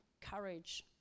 courage